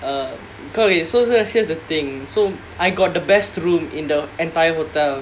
uh because we so so here's the thing so I got the best room in the entire hotel